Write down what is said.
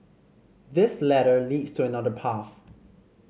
this ladder leads to another path